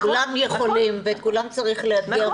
כולם יכולים ואת כולם צריך לאתגר,